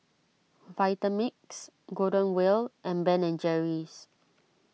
Vitamix Golden Wheel and Ben and Jerry's